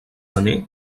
années